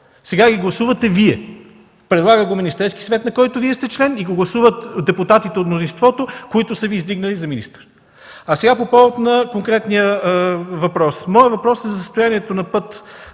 Сега ги гласувате Вие – предлага го Министерският съвет, на който Вие сте член, и го гласуват депутатите от мнозинството, които са Ви издигнали за министър. По повод на конкретния въпрос. Той е за състоянието на път